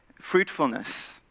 fruitfulness